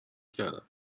کردم